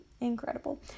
incredible